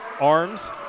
arms